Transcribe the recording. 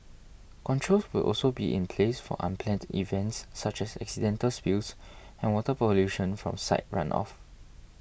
controls will also be in place for unplanned events such as accidental spills and water pollution from site run off